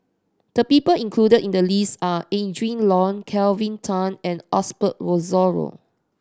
the people included in the list are Adrin Loi Kelvin Tan and Osbert Rozario